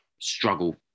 struggle